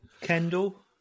Kendall